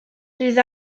bydd